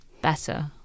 better